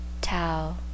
tau